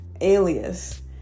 alias